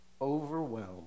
overwhelmed